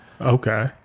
Okay